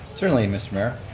certainly, mr. mayor.